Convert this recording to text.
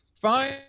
fine